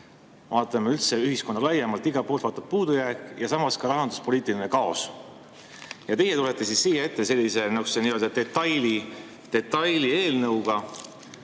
Vaatame üldse ühiskonda laiemalt, igalt poolt vaatab [vastu] puudujääk ja samas ka rahanduspoliitiline kaos. Ja teie tulete siis siia ette sellise detailieelnõuga.